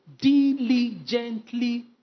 diligently